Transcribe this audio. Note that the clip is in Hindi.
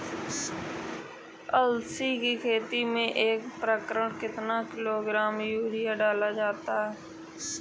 अलसी की खेती में प्रति एकड़ कितना किलोग्राम यूरिया डाला जाता है?